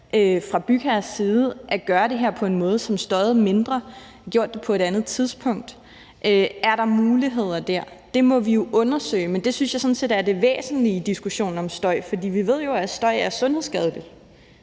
fra bygherres side at gøre det her på en måde, som støjede mindre, have gjort det på et andet tidspunkt, og om der er muligheder dér. Det må vi jo undersøge. Det synes jeg sådan set er det væsentlige i diskussionen om støj. For vi ved jo, at støj er sundhedsskadeligt,